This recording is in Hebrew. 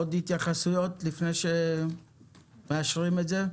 עוד התייחסויות לפני שמאשרים את זה?